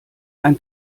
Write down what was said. ein